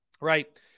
right